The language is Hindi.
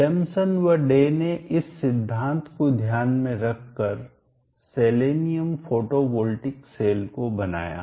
एडमसन व डे ने इस सिद्धांत को ध्यान में रखकर सेलेनियम फोटोवॉल्टिक सेल को बनाया